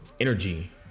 energy